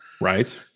Right